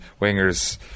wingers